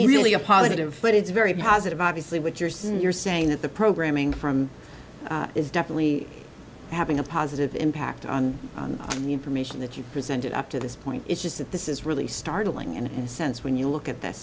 really a positive but it's very positive obviously what you're saying you're saying that the programming from is definitely having a positive impact on the information that you've presented up to this point it's just that this is really startling in a sense when you look at th